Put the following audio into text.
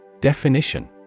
Definition